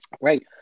right